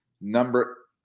number